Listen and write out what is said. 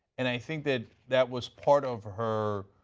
and i think that that was part of her